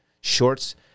shorts